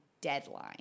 deadline